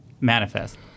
manifest